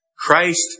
Christ